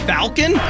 Falcon